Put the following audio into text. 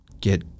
get